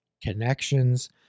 connections